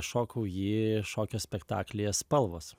šokau jį šokio spektaklyje spalvos